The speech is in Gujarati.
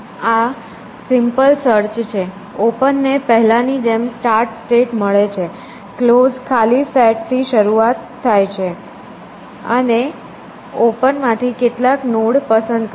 આ સિમ્પલ સર્ચ 2 છે ઓપન ને પહેલાની જેમ સ્ટાર્ટ સ્ટેટ મળે છે ક્લોઝ ખાલી સેટ થી શરૂ થાય છે અને ઓપન માંથી કેટલાક નોડ પસંદ કરો